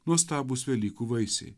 nuostabūs velykų vaisiai